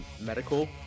medical